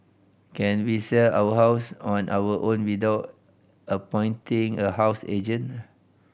can we sell our house on our own without appointing a housing agent